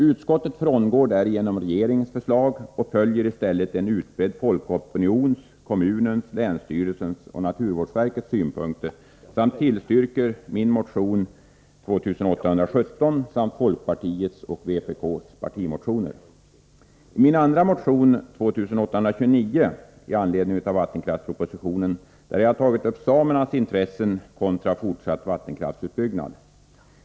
Utskottet frångår därigenom regeringens förslag och följer i stället en utbredd folkopinions, kommunens, länsstyrelsens och naturvårdsverkets synpunkter samt tillstyrker min motion nr 2817 och folkpartiets och vpk:s partimotioner. I min andra motion — nr 2829, i anledning av vattenkraftspropositionen — har jag tagit upp samernas intressen kontra fortsatt vattenkraftsutbyggnad.